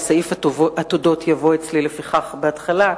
וסעיף התודות יבוא אצלי לפיכך בהתחלה,